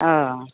अह